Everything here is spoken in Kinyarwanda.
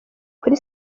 kuri